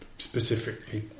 specifically